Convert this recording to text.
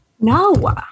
no